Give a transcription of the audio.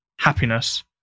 happiness